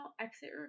exit